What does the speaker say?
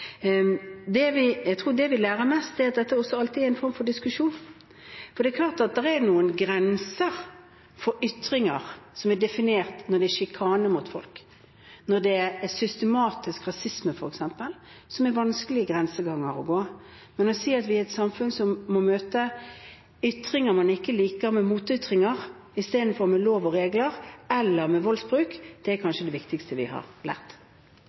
Jeg tror det vi lærer mest, er at dette også alltid er en form for diskusjon. For det er klart at det er noen definerte grenser for ytringer, f.eks. når det gjelder sjikane mot folk eller systematisk rasisme, der det er vanskelige grenseganger. Men når jeg sier at vi er et samfunn som må møte ytringer man ikke liker, med motytringer istedenfor med lover og regler eller med voldsbruk, er det kanskje det viktigste vi har lært.